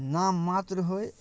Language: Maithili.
नाम मात्र होइ